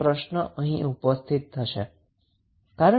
તે પ્રશ્ન અહીં ઉપસ્થિત થશે